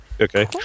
Okay